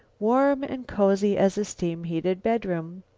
warm and cozy as a steam-heated bedroom.